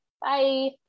Bye